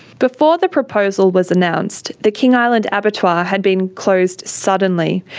before the proposal was announced, the king island abattoir had been closed suddenly.